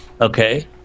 okay